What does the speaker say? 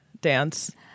dance